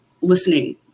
listening